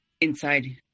inside